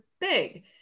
big